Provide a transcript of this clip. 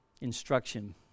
instruction